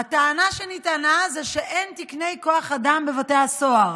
הטענה שנטענה היא שאין תקני כוח אדם בבתי הסוהר.